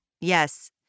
Yes